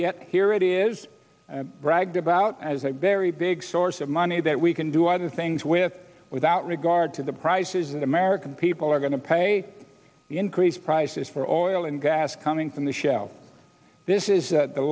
yet here it is bragged about as a very big source of money that we can do other things with without regard to the prices that american people are going to pay the increased prices for oil and gas coming from the shell this is the